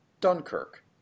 Dunkirk